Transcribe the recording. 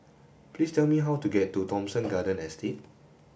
please tell me how to get to Thomson Garden Estate